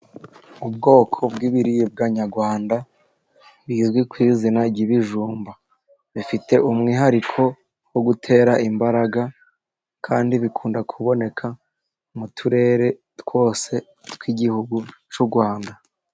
Ubwoko bw'ibiribwa nyarwanda bizwi kw'izina ry'ibijumba, bifite umwihariko wo gutera imbaraga, kandi bikunda kuboneka mu uturere twose twigihugu cy'urwanda.